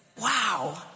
Wow